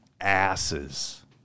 asses